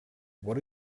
what